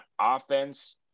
offense –